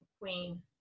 queen